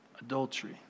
adultery